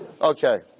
Okay